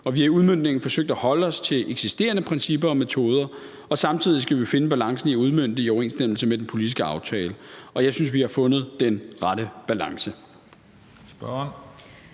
Vi har via udmøntningen forsøgt at holde os til eksisterende principper og metoder, og samtidig skal vi finde balancen i at udmønte det i overensstemmelse med den politiske aftale, og jeg synes, vi har fundet den rette balance.